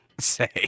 say